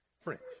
French